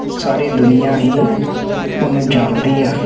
ਸਾਰੀ ਦੁਨੀਆ ਹੀ ਉਹਨੂੰ ਜਾਣਦੀ ਆ